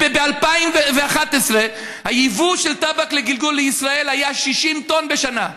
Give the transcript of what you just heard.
ב-2011 היבוא של טבק לגלגול לישראל היה 60 טון בשנה.